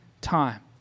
time